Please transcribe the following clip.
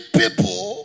people